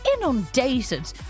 inundated